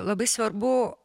labai svarbu